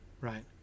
right